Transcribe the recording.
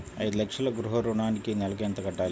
ఐదు లక్షల గృహ ఋణానికి నెలకి ఎంత కట్టాలి?